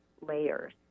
layers